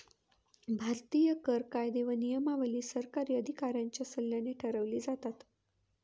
भारतीय कर कायदे व नियमावली सरकारी अधिकाऱ्यांच्या सल्ल्याने ठरवली जातात